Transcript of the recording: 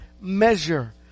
measure